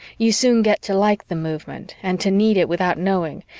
you soon get to like the movement and to need it without knowing,